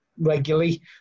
regularly